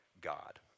God